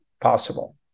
possible